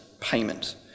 payment